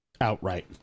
outright